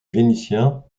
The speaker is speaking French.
vénitien